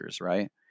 right